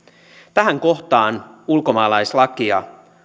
tähän kohtaan ulkomaalaislakia